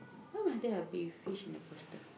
why must there be a fish in the poster